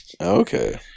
Okay